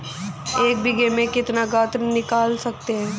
एक बीघे में से कितना गन्ना निकाल सकते हैं?